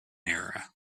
era